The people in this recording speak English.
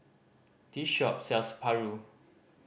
this shop sells paru